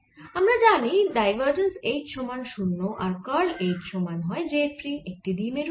আমরা জানি divergence H সমান 0 আর কার্ল H সমান হয় J ফ্রী একটি দ্বিমেরুর জন্য